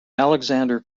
alexander